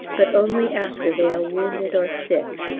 but only after they are wounded or sick,